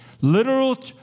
Literal